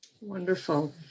Wonderful